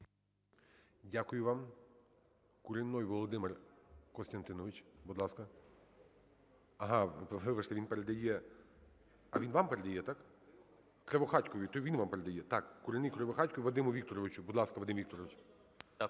Дякую вам. Куренной Володимир Костянтинович, будь ласка. Ага, вибачте, він передає… А він вам передає, так? Кривохатькові. То він вам передає? Так. Куренний – Кривохатьку Вадиму Вікторовичу. Будь ласка, Вадим Вікторович.